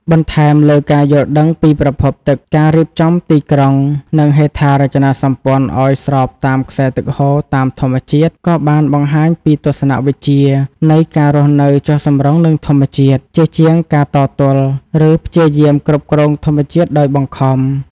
បន្ថែមលើការយល់ដឹងពីប្រភពទឹក ការរៀបចំទីក្រុង និងហេដ្ឋារចនាសម្ព័ន្ធឱ្យស្របតាមខ្សែទឹកហូរតាមធម្មជាតិ ក៏បានបង្ហាញពីទស្សនវិជ្ជានៃ ការរស់នៅចុះសម្រុងនឹងធម្មជាតិ ជាជាងការតទល់ ឬព្យាយាមគ្រប់គ្រងធម្មជាតិដោយបង្ខំ។